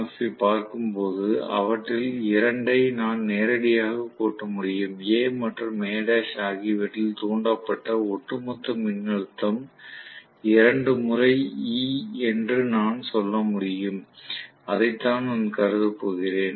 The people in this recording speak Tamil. எஃப் ஐப் பார்க்கும்போது அவற்றில் இரண்டை நான் நேரடியாகச் கூட்ட முடியும் A மற்றும் A' ஆகியவற்றில் தூண்டப்பட்ட ஒட்டுமொத்த மின்னழுத்தம் இரண்டு முறை E என்று நான் சொல்ல முடியும் அதைத்தான் நான் கருதப் போகிறேன்